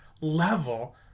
level